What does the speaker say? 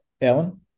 Alan